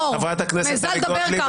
חברת הכנסת טלי גוטליב,